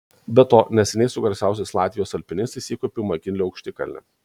be to neseniai su garsiausiais latvijos alpinistais įkopiau į makinlio aukštikalnę